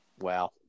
Wow